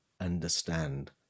understand